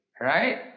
right